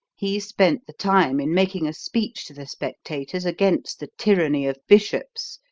he spent the time in making a speech to the spectators against the tyranny of bishops,